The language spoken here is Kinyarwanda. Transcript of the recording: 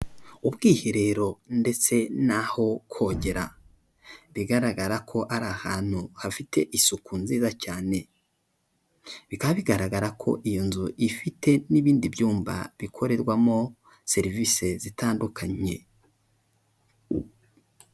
Ubwiherero ndetse naho kogera bigaragara ko ari ahantu hafite isuku nziza cyane bikaba bigaragara ko iyo nzu ifite n'ibindi byumba bikorerwamo serivisi zitandukanye.